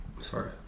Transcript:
Sorry